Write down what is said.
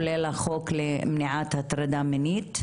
כולל החוק למניעת הטרדה מינית,